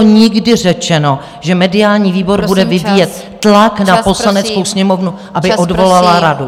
Nikdy nebylo řečeno, že mediální výbor bude vyvíjet tlak na Poslaneckou sněmovnu, aby odvolala radu.